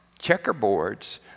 checkerboards